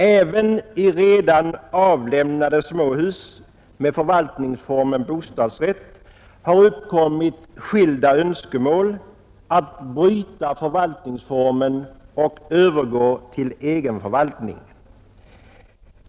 Även i redan avlämnade småhus med förvaltningsformen bostadsrätt har skilda önskemål uppkommit om att bryta förvaltningsformen och övergå till egen förvaltning.